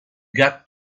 got